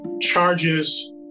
charges